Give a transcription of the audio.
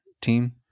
team